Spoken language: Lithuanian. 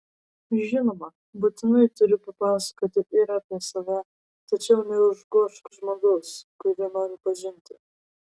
žinoma būtinai turi papasakoti ir apie save tačiau neužgožk žmogaus kurį nori pažinti